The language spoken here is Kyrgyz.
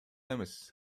эмес